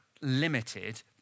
limited